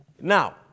now